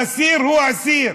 אסיר הוא אסיר.